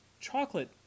Chocolate